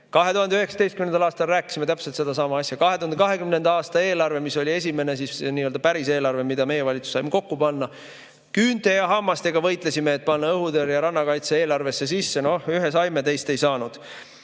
2019. aastal rääkisime täpselt sedasama asja. 2020. aasta eelarve tegemisel, mis oli esimene nii-öelda päris eelarve, mida meie valitsus sai kokku panna, küünte ja hammastega võitlesime, et panna õhutõrje ja rannakaitse eelarvesse sisse. Noh, ühe saime, teist ei saanud.